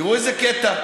תראו איזה קטע.